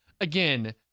again